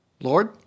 Lord